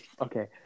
Okay